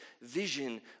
vision